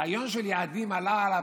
הרעיון של יעדים עלה על הפרק.